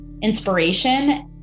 inspiration